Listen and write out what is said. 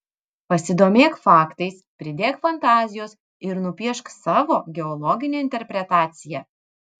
pasidomėk faktais pridėk fantazijos ir nupiešk savo geologinę interpretaciją